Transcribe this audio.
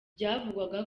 byavugwaga